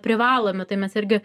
privalomi tai mes irgi